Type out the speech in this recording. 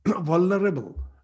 vulnerable